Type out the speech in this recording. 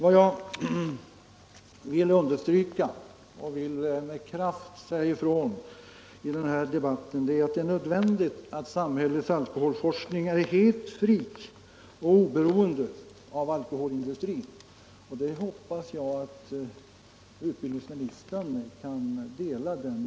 Om differentiering Vad jag med kraft vill stryka under i den här debatten är att samhällets en av det statliga alkoholforskning måste vara helt fri och oberoende av alkoholindustrin, = stödet till folkbildoch jag hoppas att utbildningsministern delar den uppfattningen.